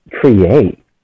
create